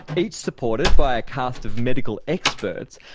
each supported by a cast of medical experts,